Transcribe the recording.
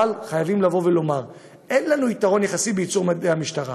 אבל חייבים לומר שאין לנו יתרון יחסי בייצור מדי המשטרה.